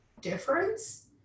difference